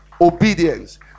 obedience